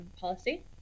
policy